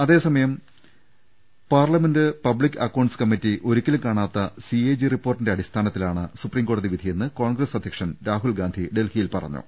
അതേസമയം parliament public accounts committee ഒരി ക്കലും കാണാത്ത സിഎജി റിപ്പോർട്ടിന്റെ അടിസ്ഥാനത്തിലാണ് സുപ്രീം കോടതി വിധിയെന്ന് കോൺഗ്രസ് അധ്യക്ഷൻ രാഹുൽ ഗാന്ധി ഡൽഹിയിൽ പറഞ്ഞു